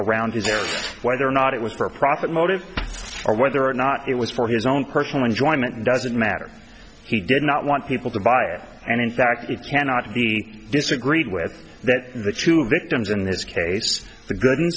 around his or whether or not it was for a profit motive or whether or not it was for his own personal enjoyment doesn't matter he did not want people to buy it and in fact it cannot be disagreed with that the two victims in this case the g